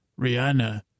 Rihanna